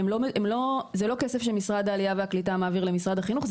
הם לא באמצעות כסף שמשרד העלייה והקליטה מעביר למשרד החינוך,